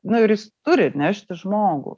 nu ir jis turi nešti žmogų